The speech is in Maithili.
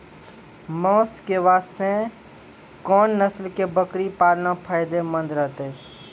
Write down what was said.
मांस के वास्ते कोंन नस्ल के बकरी पालना फायदे मंद रहतै?